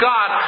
God